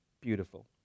beautiful